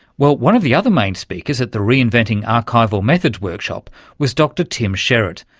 well, one of the other main speakers at the reinventing archival methods workshop was dr tim sherratt,